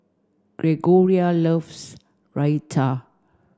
Gregoria loves Raita